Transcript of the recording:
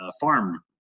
farm